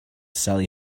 sally